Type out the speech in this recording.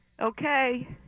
Okay